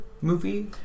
movie